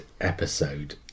episode